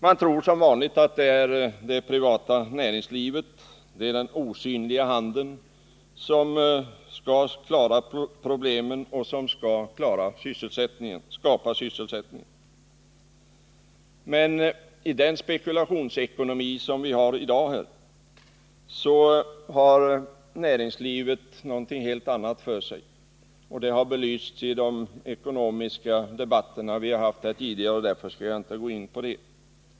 Man tror som vanligt att det är det privata näringslivet — den osynliga handen — som skall klara problemen och skapa sysselsättning. Men i den spekulationsekonomi som vi har i dag har näringslivet någonting helt annat för sig. Det har belysts i de ekonomiska debatter som vi haft här tidigare, och därför skall jag inte gå in på det.